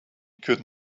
could